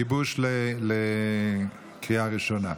ההצעה אושרה ותועבר לוועדת החינוך לגיבוש לקריאה ראשונה.